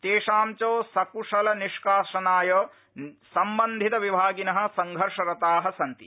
तेषां च सकुशलनिष्काषनाय सम्बन्धितविभागिन संघर्षरता सन्ति